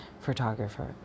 photographer